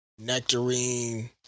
nectarine